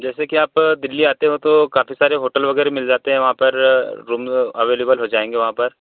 जैसे कि आप दिल्ली आते हो तो काफ़ी सारे होटल वगैरह मिल जाते हैं वहाँ पर रूम अवलेबल हो जायेंगे वहाँ पर